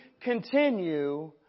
continue